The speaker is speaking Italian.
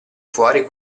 fuori